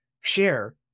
share